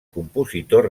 compositor